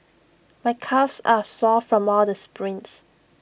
my calves are sore from all the sprints